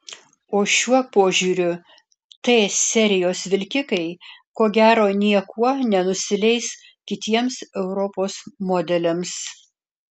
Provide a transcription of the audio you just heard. o šiuo požiūriu t serijos vilkikai ko gero niekuo nenusileis kitiems europos modeliams